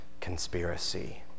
conspiracy